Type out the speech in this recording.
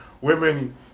women